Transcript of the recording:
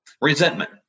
resentment